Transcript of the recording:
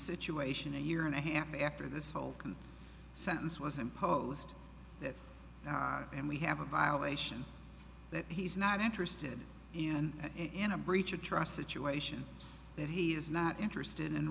situation a year and a half after this whole sentence was imposed and we have a violation that he's not interested in in a breach of trust situation that he is not interested in